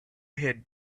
had